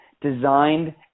designed –